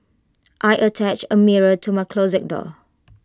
I attached A mirror to my closet door